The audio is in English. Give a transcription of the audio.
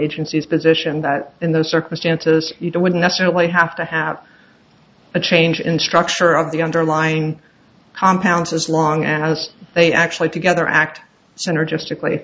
agency's position that in those circumstances you don't necessarily have to have a change in structure of the underlying compounds as long as they actually together act synergistic